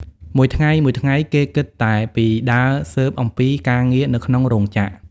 មួយថ្ងៃៗ គេគិតតែពីដើរស៊ើបអំពីការងារនៅក្នុងរោងចក្រ ។